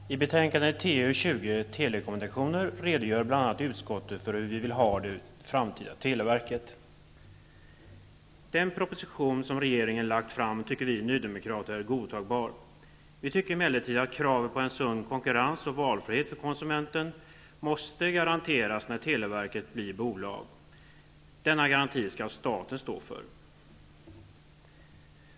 Herr talman! I betänkande 1991/92:TU20 om telekommunikationer redogör utskottet bl.a. för hur vi vill ha det framtida televerket. Den proposition som regeringen har lagt fram tycker vi nydemokrater är godtagbar. Vi tycker emellertid att såväl en sund konkurrens som valfrihet för konsumenten måste garanteras när televerket blir bolag. Denna garanti skall staten stå för.